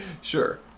Sure